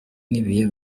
n’ibihe